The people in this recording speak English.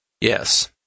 Yes